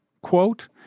quote